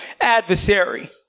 adversary